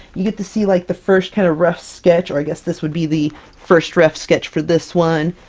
you get to see, like the first kind of rough sketch, or i guess this would be the first rough sketch, for this one,